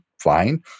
fine